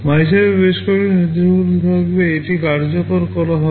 MYSUBএ বেশ কয়েকটি নির্দেশাবলী থাকবে এটি কার্যকর হবে